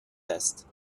است